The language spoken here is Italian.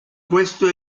questo